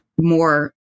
more